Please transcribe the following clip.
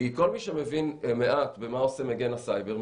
כל מי שמבין מעט במה עושה מגן הסייבר,